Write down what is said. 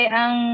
ang